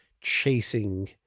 chasing